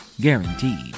Guaranteed